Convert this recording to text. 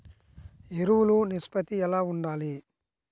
ఎరువులు నిష్పత్తి ఎలా ఉండాలి?